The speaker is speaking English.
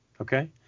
okay